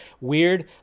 weird